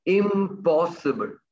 impossible